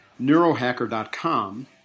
neurohacker.com